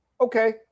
Okay